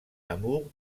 amour